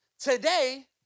Today